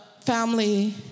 family